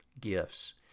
gifts